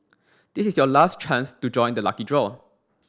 this is your last chance to join the lucky draw